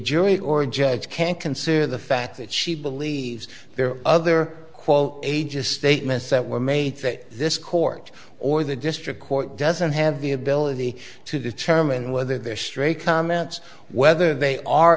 jury or judge can consider the fact that she believes there are other quote ages statements that were made that this court or the district court doesn't have the ability to determine whether they're straight comments whether they are